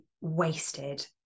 wasted